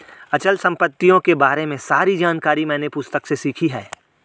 अचल संपत्तियों के बारे में सारी जानकारी मैंने पुस्तक से सीखी है